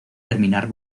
terminar